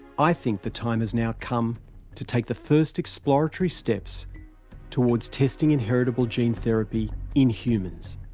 i think the time has now come to take the first exploratory steps towards testing inheritable gene therapy in humans.